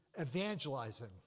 evangelizing